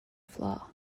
flaw